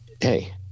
hey